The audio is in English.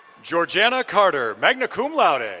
georgiana carter, magna cum laude. and